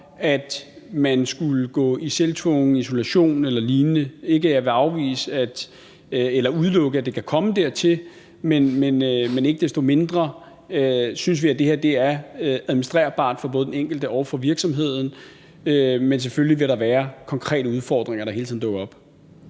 at man skulle gå i selvisolation eller lignende – ikke at jeg vil udelukke, at det kan komme dertil. Men ikke desto mindre synes vi, at det her er administrerbart både for den enkelte og for virksomheden, men selvfølgelig vil der være konkrete udfordringer, der hele tiden dukker op.